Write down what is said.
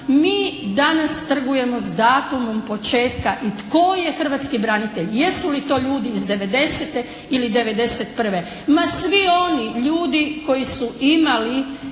mi danas trgujemo sa datumom početka i tko je hrvatski branitelj? Jesu li to ljudi iz '90. ili '91.? Ma svi oni ljudi koji su imali